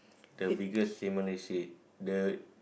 the biggest simila~ the